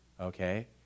okay